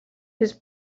his